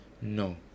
no